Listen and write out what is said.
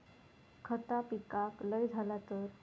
खता पिकाक लय झाला तर?